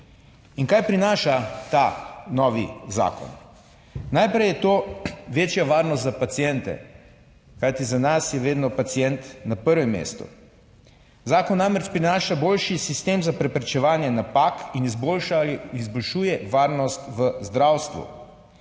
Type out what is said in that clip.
In kaj prinaša ta novi zakon? Najprej je to večja varnost za paciente, kajti za nas je vedno pacient na prvem mestu. Zakon namreč prinaša boljši sistem za preprečevanje napak in izboljšuje varnost v zdravstvu.